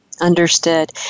Understood